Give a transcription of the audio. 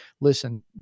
listen